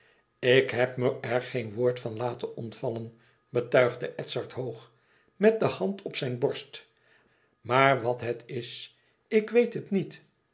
ik heb me er geen woord van laten ontvallen betuigde edzard hoog met de hand op zijn borst maar wat het is ik weet het niet